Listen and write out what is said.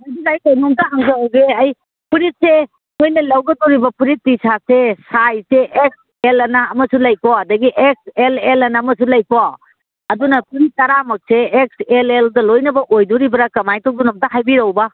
ꯀꯩꯅꯣꯝꯇ ꯍꯧꯖꯍꯧꯒꯦ ꯑꯩ ꯐꯨꯔꯤꯠꯁꯦ ꯅꯣꯏꯅ ꯂꯧꯒꯗꯧꯔꯤꯕ ꯐꯨꯔꯤꯠ ꯇꯤ ꯁꯥꯔꯠꯁꯦ ꯁꯥꯏꯖꯁꯦ ꯑꯦꯛꯁ ꯑꯦꯜꯑꯅ ꯑꯃꯁꯨ ꯂꯩꯀꯣ ꯑꯗꯒꯤ ꯑꯦꯛꯁ ꯑꯦꯜ ꯑꯦꯜꯑꯅ ꯑꯃꯁꯨ ꯂꯩꯀꯣ ꯑꯗꯨꯅ ꯐꯨꯔꯤꯠ ꯇꯔꯥꯃꯛꯁꯦ ꯑꯦꯛꯁ ꯑꯦꯜ ꯑꯦꯜꯗ ꯂꯣꯏꯅꯃꯛ ꯑꯣꯏꯗꯣꯔꯤꯕ꯭ꯔꯥ ꯀꯃꯥꯏꯅ ꯇꯧꯕꯅꯣ ꯑꯝꯇ ꯍꯥꯏꯕꯤꯔꯛꯎꯕ